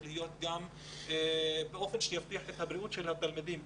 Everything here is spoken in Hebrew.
להיעשות באופן שיבטיח את בריאות התלמידים.